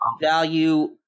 value